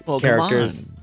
characters